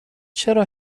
چرا